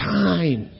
time